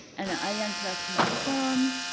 and iron craftsment firm.